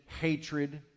hatred